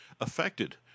affected